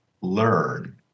learn